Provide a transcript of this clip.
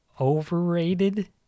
overrated